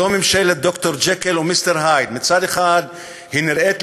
זו ממשלת ד"ר ג'קיל ומיסטר הייד: מצד אחד היא נראית,